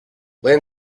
land